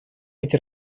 быть